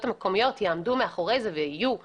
המקומיות יעמדו מאחורי זה ותהיינה המושלות,